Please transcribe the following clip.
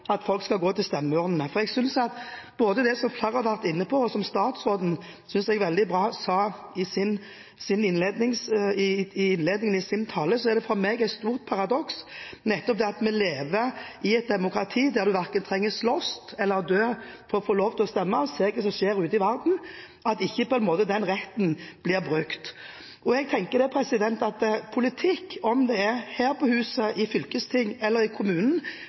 flere har vært inne på, og som statsråden sa veldig bra i innledningen i sin tale, er det et stort paradoks at når vi lever i et demokrati der vi verken trenger slåss eller dø for å få lov til å stemme, og vi ser hva som skjer ute i verden, blir ikke den retten brukt. Jeg tenker at når det gjelder politikk – om det er her på huset, i fylkesting eller i kommunen